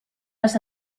las